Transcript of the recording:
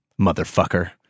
Motherfucker